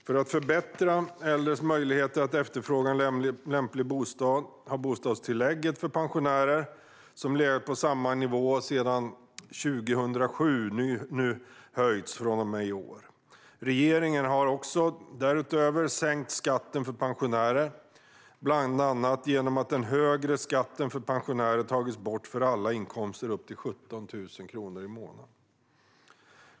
För att förbättra äldres möjligheter att efterfråga en lämplig bostad har bostadstillägget för pensionärer, som legat på samma nivå sedan 2007, höjts från och med i år. Regeringen har därutöver sänkt skatten för pensionärer, bland annat genom att den högre skatten för pensionärer tagits bort för alla inkomster upp till 17 000 kronor i månaden.